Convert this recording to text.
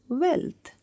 wealth